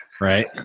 right